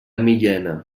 millena